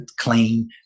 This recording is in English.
clean